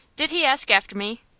did he ask after me?